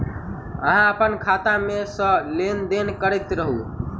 अहाँ अप्पन खाता मे सँ लेन देन करैत रहू?